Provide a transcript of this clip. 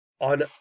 on